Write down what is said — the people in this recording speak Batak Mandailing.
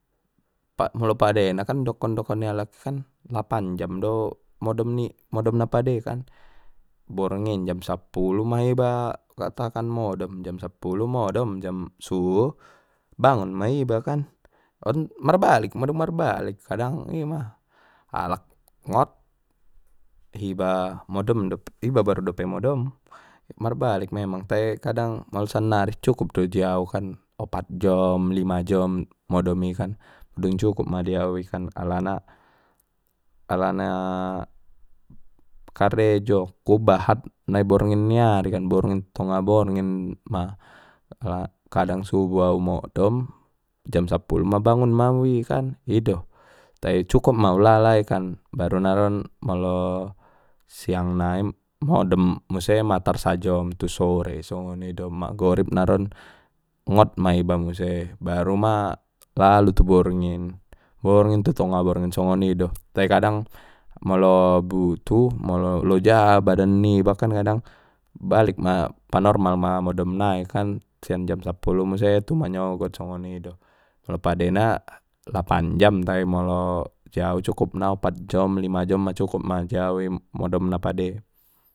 Pa molo padena kan dokon-dokon ni alak i kan lapan jom do modom ni modom na pade kanborngin jam sapulu ma iba katakan modom jam sapulu modom jam subuh bangun ma iba on marbalik madung marbalik kadang ima alak ngot hiba modom baru dope modom marbalik memang te kadang molo sannari cukup do di au kan opat jom lima jom modom i kan dung cukup ma dia au i kan alana alana karejo ku bahat na i borngin ni ari kan borngin tonga borngin ma kadang subuh au modom jam sapulu ma bangun maui kan ido tai cukup ma ulalai kan baru naron molo siang nai modom muse ma tarsajom tu sore songoni do magorib naron ngot ma iba muse baru ma lalu tu borngin borngin tu tonga borngin songonido tai kadang molo butuh molo loja badan niba kan balik ma panormal ma modom nai kan sian jam sapulu muse tu manyogot songonido pala padena lapan jam tai molo jau cukupna opat jom lima jom ma cukup ma jau i modom na pade.